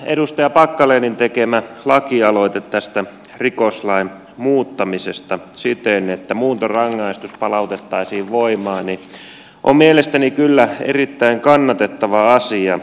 edustaja packalenin tekemä lakialoite rikoslain muuttamisesta siten että muuntorangaistus palautettaisiin voimaan on mielestäni kyllä erittäin kannatettava asia